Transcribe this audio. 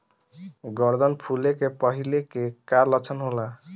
गर्दन फुले के पहिले के का लक्षण होला?